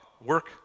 work